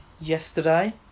yesterday